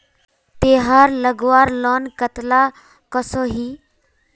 तेहार लगवार लोन कतला कसोही?